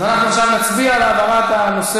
אז אנחנו עכשיו נצביע על העברת הנושא